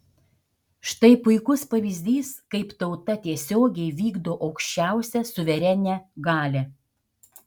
štai puikus pavyzdys kaip tauta tiesiogiai vykdo aukščiausią suverenią galią